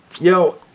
Yo